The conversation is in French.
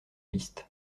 piste